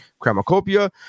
Cramacopia